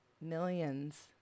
millions